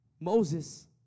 Moses